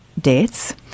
deaths